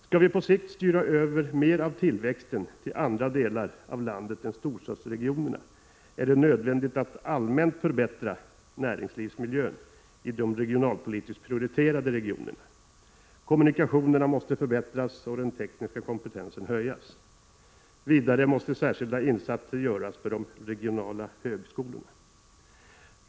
Skall vi på sikt styra över mer av tillväxten till andra delar av landet än storstadsregionerna är det nödvändigt att allmänt förbättra näringslivsmiljön i de regionalpolitiskt prioriterade regionerna. Kommunikationerna måste förbättras och den tekniska kompetensen höjas. Vidare måste särskilda insatser göras för de regionala högskolorna.